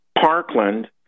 Parkland